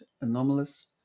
anomalous